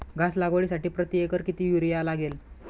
घास लागवडीसाठी प्रति एकर किती युरिया लागेल?